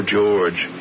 George